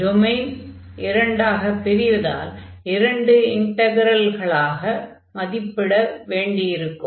domain இரண்டாகப் பிரிவதால் இரண்டு இன்டக்ரல்களாக மதிப்பிட வேண்டியிருக்கும்